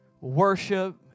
Worship